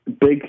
big